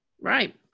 right